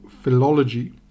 philology